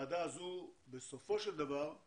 לקרן לאזרחי ישראל הוא רווח נקי של אזרחי ישראל.